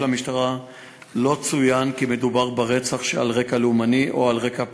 המשטרה לא צוין כי מדובר ברצח על רקע לאומני או על רקע פלילי.